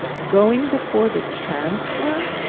going before the chancellor?